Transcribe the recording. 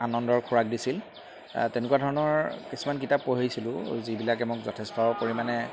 আনন্দৰ খোৰাক দিছিল তেনেকুৱা ধৰণৰ কিছুমান কিতাপ পঢ়িছিলোঁ যিবিলাকে মোক যথেষ্ট পৰিমাণে